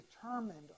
determined